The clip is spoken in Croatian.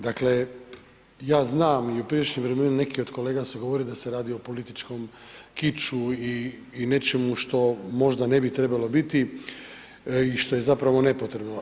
Dakle, ja znam i u prijašnjim vremenima neki od kolega su govorili da se radi o političkom kiču i nečemu što možda ne bi trebalo biti i što je zapravo nepotrebno.